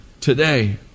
today